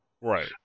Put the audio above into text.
Right